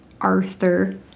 Arthur